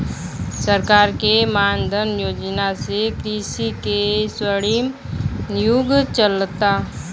सरकार के मान धन योजना से कृषि के स्वर्णिम युग चलता